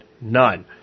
None